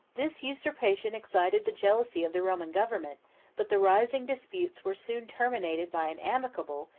this usurpation excited the jealousy of the roman government but the rising disputes were soon terminated by an amicable,